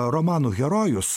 romanų herojus